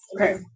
Okay